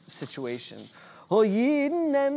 situation